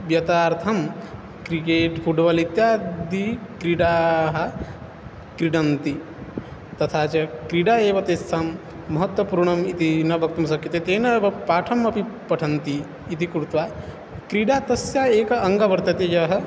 व्यथार्थं cricket football इत्यादि क्रीडाः क्रीडन्ति तथा च क्रीडा एव तेषां महत्वपूर्णम् इति न वक्तुं शक्यते तेन एव पाठम् अपि पठन्ति इति कृत्वा क्रीडा तस्य एकः अङ्गः वर्तते यः